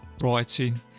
writing